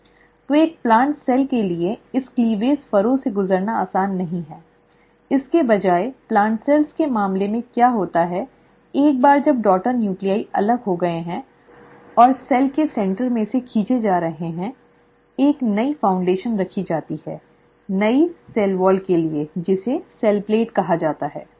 तो एक plant cell के लिए इस क्लीवेज फरो से गुजरना आसान नहीं है इसके बजाय प्लांट सेल्स के मामले में क्या होता है एक बार जब डॉटर नूक्लीआइ अलग हो गए हैं और सेल के केंद्र में से खींचे जा रहे हैं एक नई नींव रखी जाती है नई सेल वॉल के लिए जिसे सेल प्लेट कहा जाता है